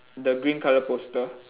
the green colour poster